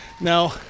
Now